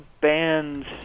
bands